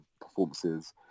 performances